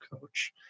coach